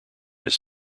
his